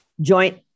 joint